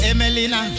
Emelina